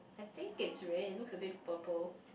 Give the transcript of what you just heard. I think is red looks a bit purple